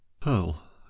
pearl